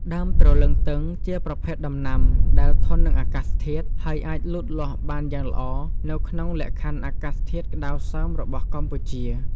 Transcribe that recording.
ដើមទ្រលឹងទឹងជាប្រភេទដំណាំដែល ធន់នឹងអាកាសធាតុ ហើយអាចលូតលាស់បានយ៉ាងល្អនៅក្នុងលក្ខខណ្ឌអាកាសធាតុក្តៅសើមរបស់កម្ពុជា។